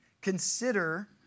consider